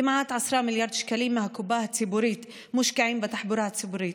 כמעט 10 מיליארד שקלים מהקופה הציבורית מושקעים בתחבורה הציבורית.